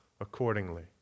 accordingly